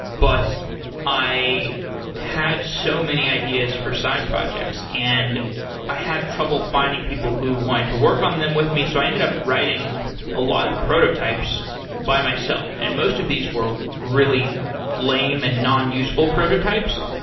but i had so many ideas for side projects, and i had trouble finding people who wanted to work on them with me, so i ended up writing a lot of prototypes by myself, and most of these were really lame and non-useful prototypes.